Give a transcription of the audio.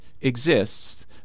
exists